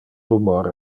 rumor